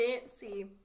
fancy